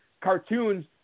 Cartoons